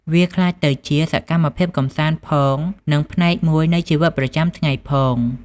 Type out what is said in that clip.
វាក្លាយទៅជាសកម្មភាពកំសាន្តផង និងផ្នែកមួយនៃជីវិតប្រចាំថ្ងៃផង។